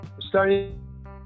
starting